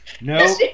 No